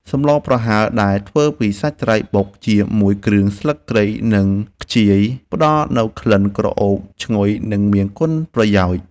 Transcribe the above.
សម្លប្រហើរដែលធ្វើពីសាច់ត្រីបុកជាមួយគ្រឿងស្លឹកគ្រៃនិងខ្ជាយផ្តល់នូវក្លិនក្រអូបឈ្ងុយនិងមានគុណប្រយោជន៍។